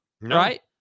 Right